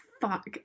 fuck